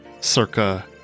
circa